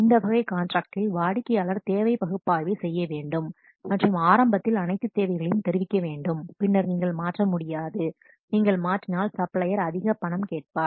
இந்த வகை காண்ட்ராக்டில் வாடிக்கையாளர் தேவை பகுப்பாய்வைச் செய்ய வேண்டும் மற்றும் ஆரம்பத்தில் அனைத்து தேவைகளையும் தெரிவிக்க வேண்டும் பின்னர் நீங்கள் மாற்ற முடியாது நீங்கள் மாற்றினால் சப்ளையர் அதிக பணம் கேட்பார்